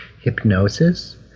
hypnosis